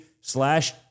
slash